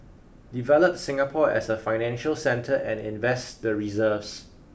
develop Singapore as a financial centre and invest the reserves